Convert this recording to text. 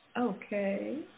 Okay